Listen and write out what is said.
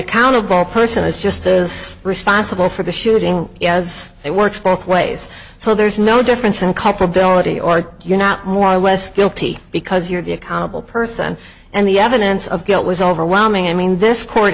accountable person is just as responsible for the shooting as it works both ways so there's no difference and culpability or you're not more or less guilty because you're the accountable person and the evidence of guilt was overwhelming i mean this court